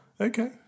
Okay